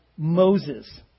Moses